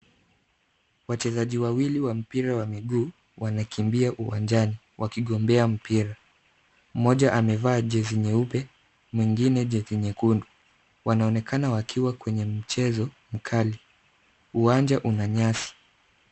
Wachezaji wawili wa mpira wa miguu wanakimbia uwanjani wakigombea mpira. Mmoja amevaa jezi nyeupe, mwingine jezi nyekundu. Wanaonekana wakiwa kwenye mchezo mkali. Uwanja una nyasi.